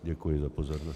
Děkuji za pozornost.